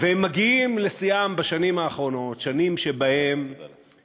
והם מגיעים לשיאם בשנים האחרונות, שנים שעיתונאים,